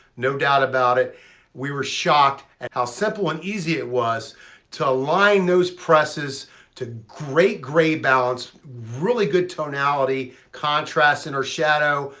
no doubt about it we were shocked at how simple and easy it was to align those presses to great gray balance, really good tonality contrasts in our shadow,